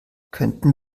könnten